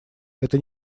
это